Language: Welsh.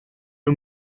nhw